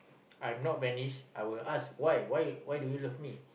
I am not Venice I will ask why why why do you love me